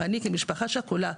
שאני כמשפחה שכולה,